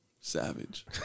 Savage